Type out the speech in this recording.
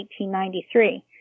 1893